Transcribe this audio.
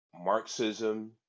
Marxism